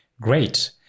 Great